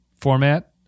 format